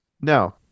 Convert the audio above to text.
now